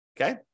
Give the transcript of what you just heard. okay